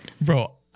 Bro